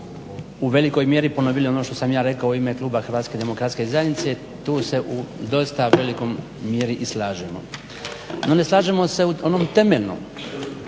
u velikoj mjeri ponovili ono što sam ja rekao u ime kluba HDZ-a, tu se u dosta velikoj mjeri i slažemo. No, ne slažemo se u onom temeljnom